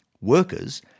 Workers